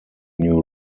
new